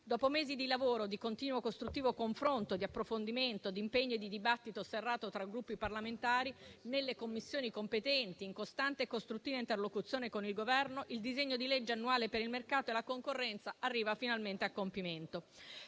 Dopo mesi di lavoro, di continuo e costruttivo confronto, di approfondimento, di impegno e di dibattito serrato fra Gruppi parlamentari nelle Commissioni competenti, in costante e costruttiva interlocuzione con il Governo, il disegno di legge annuale per il mercato e la concorrenza arriva finalmente a compimento.